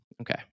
Okay